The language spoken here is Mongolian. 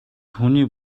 хүний